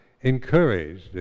encouraged